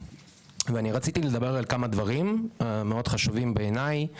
רציתי לדבר על כמה דברים מאוד חשובים בעיניי.